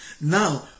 Now